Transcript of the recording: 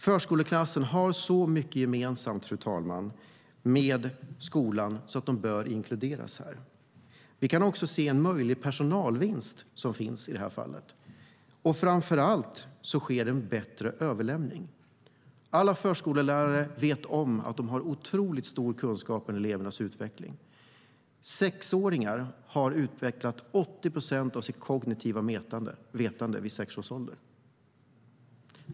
Förskoleklassen har så mycket gemensamt med skolan att den bör inkluderas i den. Vi kan också se en möjlig personalvinst i det här fallet. Framför allt sker en bättre överlämning. Alla förskollärare vet om att de har en otroligt stor kunskap om elevernas utveckling. Sexåringar har utvecklat 80 procent av sitt kognitiva vetande vid sex års ålder.